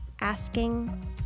asking